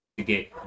Okay